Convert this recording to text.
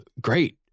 great